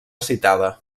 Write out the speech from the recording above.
citada